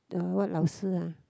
the what 老师 uh